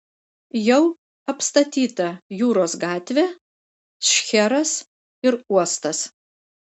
jau apstatyta jūros gatvė šcheras ir uostas